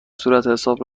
صورتحساب